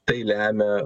tai lemia